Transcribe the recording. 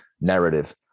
narrative